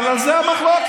אבל על זה המחלוקת.